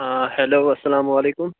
آ ہیٚلو اسلامُ علیکُم